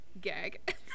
gag